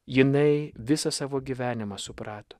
jinai visą savo gyvenimą suprato